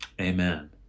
Amen